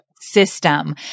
system